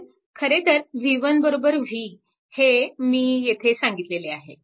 तर खरेतर v1 v हे मी येथे सांगितले आहे